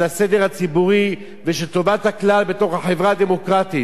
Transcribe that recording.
של הסדר הציבורי ושל טובת הכלל בתוך החברה הדמוקרטית.